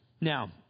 Now